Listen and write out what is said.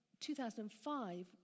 2005